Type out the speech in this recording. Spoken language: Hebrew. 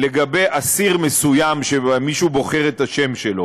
לגבי אסיר מסוים שמישהו בוחר את שמו,